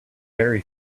very